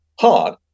hard